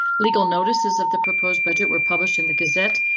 legal notices of the proposed budget were published in the gazette.